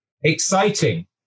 exciting